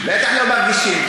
בטח לא מרגישים,